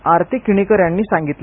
आरती किणीकर यांनी सांगितलं